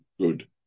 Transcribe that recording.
good